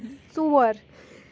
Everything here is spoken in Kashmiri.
ژور